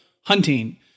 hunting